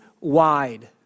wide